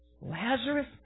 Lazarus